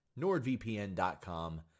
NordVPN.com